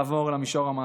לעבור למישור המעשי.